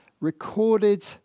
recorded